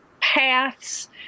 paths